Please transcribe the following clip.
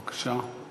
בבקשה.